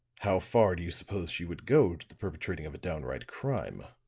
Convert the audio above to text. how far do you suppose she would go to the perpetrating of a downright crime?